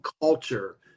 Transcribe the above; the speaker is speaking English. culture